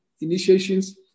initiations